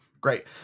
Great